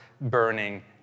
burning